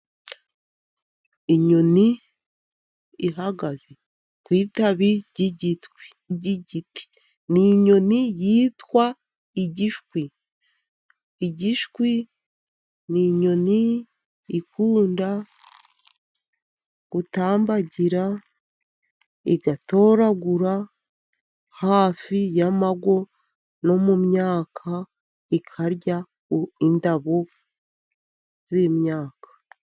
Inyoni ihagaze ku itabi ry'igiti. Ni inyoni yitwa igishwi. Igishwi ni inyoni ikunda gutambagira, igatoragura hafi y'amago no mu myaka, ikarya indabo z'imyaka.